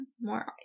More